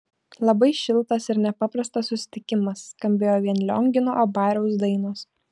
labai šiltas ir nepaprastas susitikimas skambėjo vien liongino abariaus dainos